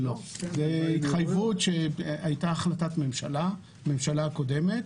זו התחייבות שהייתה החלטת הממשלה הקודמת,